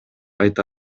айта